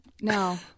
No